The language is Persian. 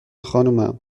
خانومم